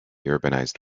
urbanized